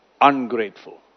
ungrateful